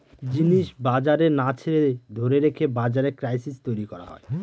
জিনিস বাজারে না ছেড়ে ধরে রেখে বাজারে ক্রাইসিস তৈরী করা হয়